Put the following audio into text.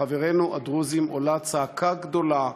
מחברינו הדרוזים עולה צעקה גדולה